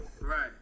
Right